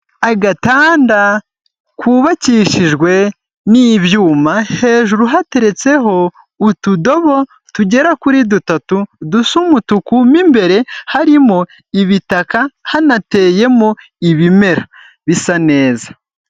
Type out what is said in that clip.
Agatanda kubakishijwe n'ibyuma, hejuru hateretseho utudobo tugera kuri dutatu, dusa umutuku, mo imbere harimo ibitaka hanateyemo ibimera, bisa neza.